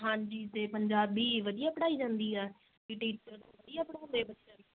ਹਾਂਜੀ ਅਤੇ ਪੰਜਾਬੀ ਵਧੀਆ ਪੜ੍ਹਾਈ ਜਾਂਦੀ ਆ ਟੀਚਰ ਵਧੀਆ ਪੜ੍ਹਾਉਂਦੇ ਬੱਚਿਆਂ ਨੂੰ